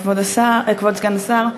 כבוד סגן השר,